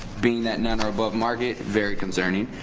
being that none are above market, very concerning,